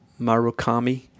Marukami